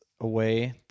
away